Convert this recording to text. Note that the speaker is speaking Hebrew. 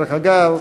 דרך אגב,